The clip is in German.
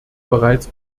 bereits